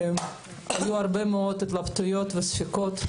היו הרבה מאוד התלבטויות וספקות.